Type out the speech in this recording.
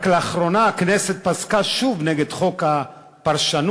רק לאחרונה הכנסת פסקה שוב נגד חוק הפרשנות,